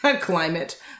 climate